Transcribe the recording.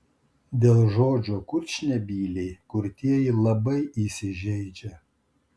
dėl žodžio kurčnebyliai kurtieji labai įsižeidžia